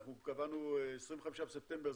אנחנו קבענו 25 בספטמבר,